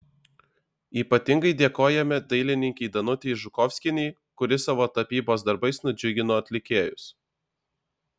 ypatingai dėkojame dailininkei danutei žukovskienei kuri savo tapybos darbais nudžiugino atlikėjus